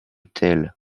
tel